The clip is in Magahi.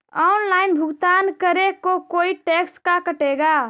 ऑनलाइन भुगतान करे को कोई टैक्स का कटेगा?